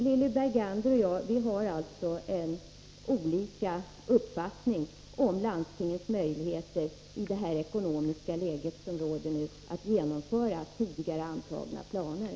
Lilly Bergander och jag har alltså olika uppfattningar om landstingens möjligheter att i det ekonomiska läge som råder genomföra tidigare antagna planer.